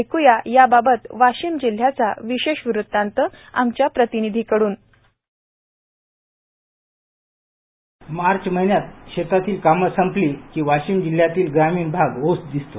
ऐक़या या बाबत वाशिम जिल्ह्याचा विशेष वृतान्त आमच्या प्रतींनिधिकडून मार्च महिन्यात शेतीतील काम संपली की वाशिम जिल्ह्यातील ग्रामीण भाग ओस दिसतो